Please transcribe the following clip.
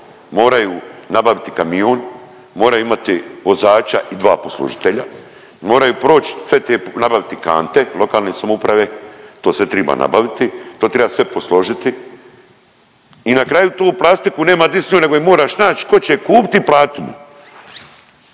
moraju nabaviti kamion, moraju imati vozača i dva poslužitelja, moraju proć sve te, nabaviti kante lokalne samouprave, to sve triba nabaviti, to triba sve posložiti i na kraju tu plastiku nema di s njom nego je moraš nać ko će je kupiti i platit